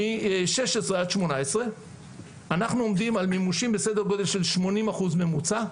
מ-16 עד 18 אנחנו עומדים על מימושים בסדר גודל של 80% ממוצע.